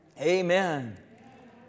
amen